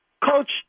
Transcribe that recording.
Coach